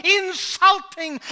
insulting